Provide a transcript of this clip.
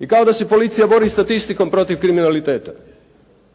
i kao da se policija bori statistikom protiv kriminaliteta